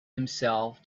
himself